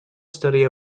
study